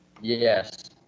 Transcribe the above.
Yes